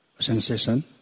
sensation